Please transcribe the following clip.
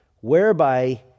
whereby